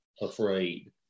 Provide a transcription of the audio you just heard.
afraid